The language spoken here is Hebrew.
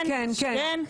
כן כן.